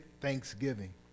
thanksgiving